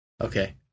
Okay